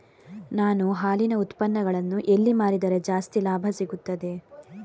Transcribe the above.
ನಾನು ಹಾಲಿನ ಉತ್ಪನ್ನಗಳನ್ನು ಎಲ್ಲಿ ಮಾರಿದರೆ ಜಾಸ್ತಿ ಲಾಭ ಸಿಗುತ್ತದೆ?